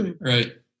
right